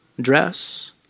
Dress